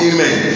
Amen